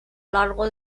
largo